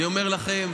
אני אומר לכם,